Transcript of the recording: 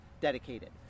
dedicated